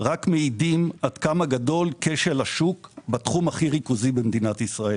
רק מעידים עד כמה גדול כשל השוק בתחום הכי ריכוזי במדינת ישראל.